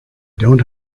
don’t